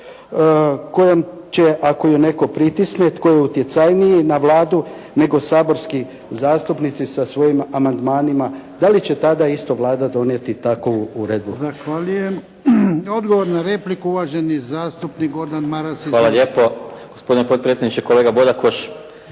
kojom će, ako je netko pritisne, tko je utjecajniji na Vladu nego saborski zastupnici sa svojim amandmanima, dali će tada isto Vlada donijeti takovu uredbu? **Jarnjak, Ivan (HDZ)** Zahvaljujem. Odgovor na repliku uvaženi zastupnik Gordan Maras. Izvolite. **Maras, Gordan (SDP)** Hvala lijepo. Gospodine potpredsjedniče, kolega Bodakoš.